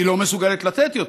והיא לא מסוגלת לתת יותר.